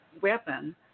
weapon